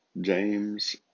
James